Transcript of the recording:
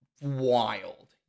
wild